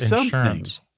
insurance